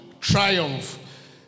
triumph